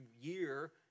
year